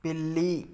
పిల్లి